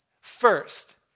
first